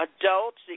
adults